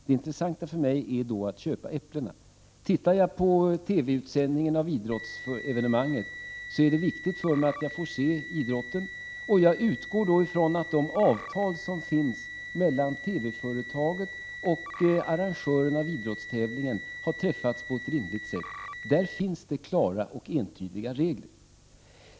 Det intressanta för mig är då att köpa äpplena. Tittar jag på en TV-utsändning av ett idrottsevenemang, så är det viktigt för mig att få se idrotten, och jag utgår från att de avtal som finns mellan TV-företaget och arrangören av idrottstävlingen har träffats på ett riktigt sätt. Där finns det klara och entydiga regler.